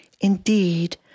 Indeed